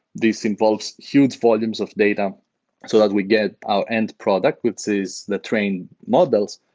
this involves huge volumes of data so that we get our end product, which is the trained models,